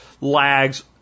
lags